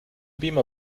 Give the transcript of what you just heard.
beamer